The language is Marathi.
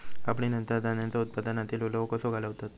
कापणीनंतर धान्यांचो उत्पादनातील ओलावो कसो घालवतत?